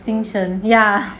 精神 ya